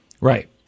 Right